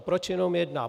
Proč jenom jedna?